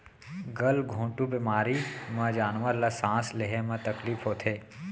गल घोंटू बेमारी म जानवर ल सांस लेहे म तकलीफ होथे